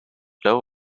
low